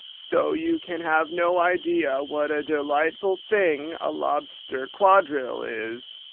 so you can have no idea what a delightful thing a lobster quadrille is!